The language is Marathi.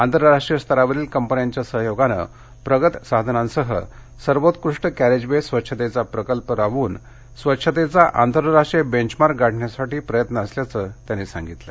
आंतरराष्ट्रीय स्तरावरील कंपन्यांच्या सहयोगाने प्रगत साधनांसह सर्वोत्कृष्ट कॅरेजवे स्वच्छतेचा प्रकल्प राबवून स्वच्छतेचा आंतरराष्ट्रीय बेंचमार्क गाठण्यासाठी प्रयत्न असल्याचं ते म्हणाले